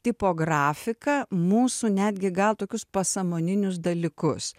tipografika mūsų netgi gal tokius pasąmoninius dalykus